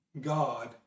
God